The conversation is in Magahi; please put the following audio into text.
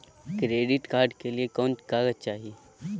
क्रेडिट कार्ड के लिए कौन कागज चाही?